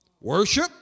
Worship